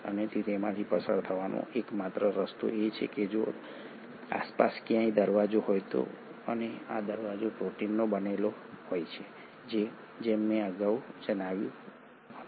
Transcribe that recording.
અને તેમાંથી પસાર થવાનો એક માત્ર રસ્તો એ છે કે જો આસપાસ ક્યાંક દરવાજો હોય અને આ દરવાજો પ્રોટીનનો બનેલો હોય જેમ કે મેં અગાઉ જણાવ્યું હતું